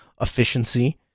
efficiency